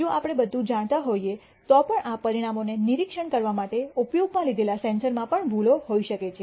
જો આપણે બધું જાણતા હોઈએ તો પણ આ પરિણામોને નિરીક્ષણ કરવા માટે ઉપયોગમાં લીધેલા સેન્સરમાં પણ ભૂલો હોઈ શકે છે